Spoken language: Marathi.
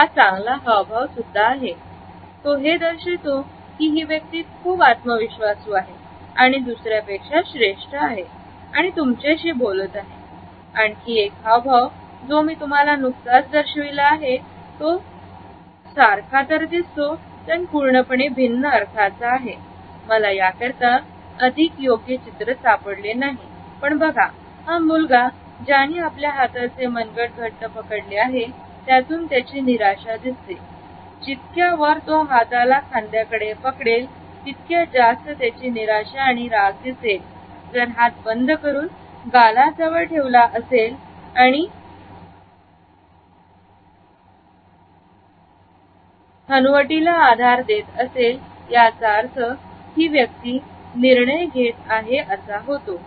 हाय चांगला हावभाव सुद्धा आहे तोहे दर्शवितो की ही व्यक्ती खूप आत्मविश्वासू आहे आणि दुसऱ्या पेक्षा श्रेष्ठ आहे आणि तुमच्याशी बोलत आहे आणखी एक हव जो मी तुम्हाला नुकताच दर्शविला आहे तो सारखा तर दिसतो पण पूर्णपणे भिन्न अर्थाचा आहे मला याकरिता अधिक योग्य चित्र सापडले नाही पण बघा हा मुलगा जानी आपल्या हाताचे मनगट घट्ट पकडले आहे त्यातून त्याची निराशा दिसते जितक्या वर तो हाताला खांद्याकडे पकडेल तितक्या जास्त त्याची निराशा आणि राग दिसेल जर हात बंद करून गालाजवळ ठेवला असेल आणि आमच्या हनुवटीला आधार देत असेल याचाच अर्थ ही व्यक्ती निर्णय घेत आहे असा होतो